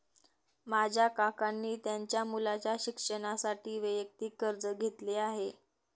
माझ्या काकांनी त्यांच्या मुलाच्या शिक्षणासाठी वैयक्तिक कर्ज घेतले आहे